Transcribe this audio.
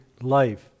life